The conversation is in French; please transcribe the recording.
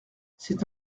c’est